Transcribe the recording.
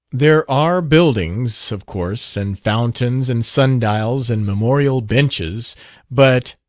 there are buildings, of course and fountains, and sun-dials, and memorial benches but.